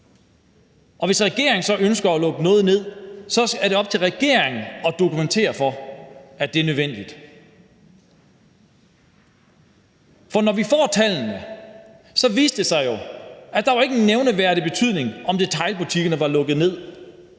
Og hvis regeringen så ønsker at lukke noget ned, er det op til regeringen at dokumentere, at det er nødvendigt. For da vi fik tallene, viste det sig jo, at det ikke havde nogen nævneværdig betydning, om detailbutikkerne var lukket ned.